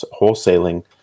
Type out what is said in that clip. wholesaling